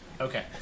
Okay